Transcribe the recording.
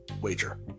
wager